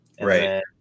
Right